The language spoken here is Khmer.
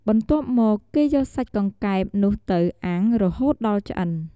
បន្ទាប់មក គេយកសាច់កង្កែបនោះទៅ អាំង រហូតដល់ឆ្អិន។